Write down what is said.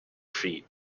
feet